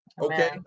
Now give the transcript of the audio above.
okay